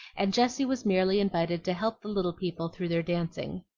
and jessie was merely invited to help the little people through their dancing.